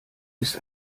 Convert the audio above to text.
ist